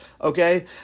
Okay